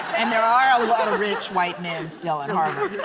and there are a lot of rich white men still at harvard.